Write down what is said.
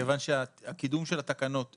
כיוון שהקידום של התיקון הזה